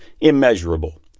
immeasurable